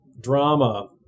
drama